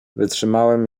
wytrzymałem